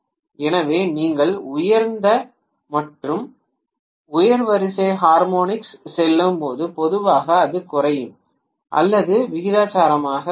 எனவே நீங்கள் உயர்ந்த மற்றும் உயர் வரிசை ஹார்மோனிக்ஸ் செல்லும்போது பொதுவாக அது குறையும் அல்லது விகிதாசாரமாகக் குறையும்